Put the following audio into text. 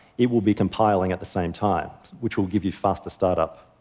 it will be compiling at the same time, which will give you faster startup.